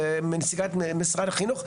נציגת משרד החינוך,